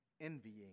envying